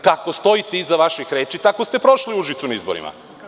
Kako stojite iza vaših reči, tako ste i prošli u Užicu na izborima.